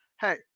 Hey